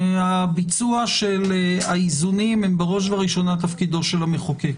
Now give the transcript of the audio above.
הביצוע של האיזונים הוא בראש ובראשונה תפקידו של המחוקק.